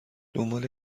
دنبال